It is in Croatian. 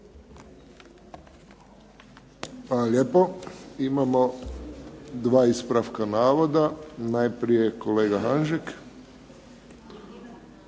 lijepo. Imamo dva ispravka navoda, najprije kolega Hanžek.